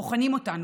בוחנים אותנו.